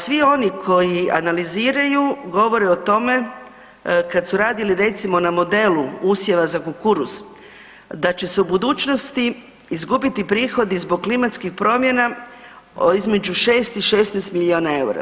Svi oni koji analiziraju, govore o tome kad su radili recimo na modelu usjeva za kukuruz, da će se u budućnosti izgubiti prihod i zbog klimatskih promjena između 6 i 16 milijuna eura.